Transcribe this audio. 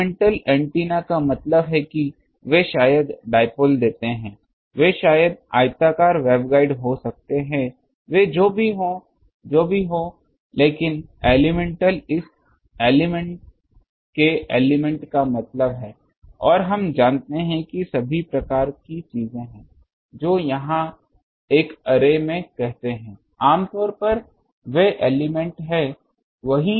elemental antenna का मतलब है कि वे शायद डाइपोल देते हैं वे शायद आयताकार वेवगाइड हो सकते हैं वे जो भी हो जो भी हो लेकिन एलेमेंटल इस एलिमेंट के एलिमेंट का मतलब है और हम मानते हैं कि सभी एक ही प्रकार की चीज़ हैं जो इसे यहाँ एक अर्रे में कहते हैं आम तौर पर वे एलिमेंट हैं